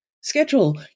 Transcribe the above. Schedule